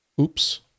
Oops